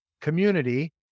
community